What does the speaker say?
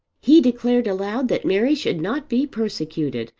he declared aloud that mary should not be persecuted,